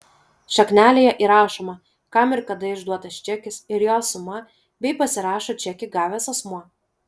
šaknelėje įrašoma kam ir kada išduotas čekis ir jo suma bei pasirašo čekį gavęs asmuo